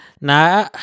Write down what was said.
Nah